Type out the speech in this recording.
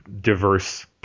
diverse